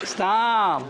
סתם.